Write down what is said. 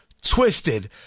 Twisted